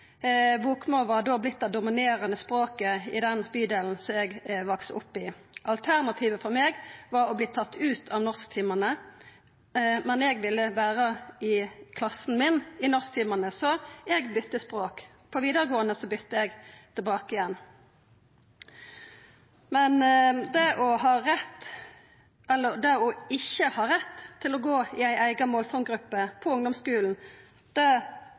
det dominerande språket i den bydelen der eg vaks opp. Alternativet for meg var å verta teken ut av norsktimane, men eg ville vera i klassen min i norsktimane, så eg bytte språk. På vidaregåande bytte eg tilbake igjen. Men det ikkje å ha rett til å gå i ei eiga målformgruppe på ungdomsskulen